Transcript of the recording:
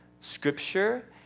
scripture